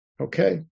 okay